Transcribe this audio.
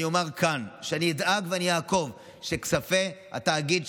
אני אומר כאן שאני אדאג ואני אעקוב שכספי התאגיד,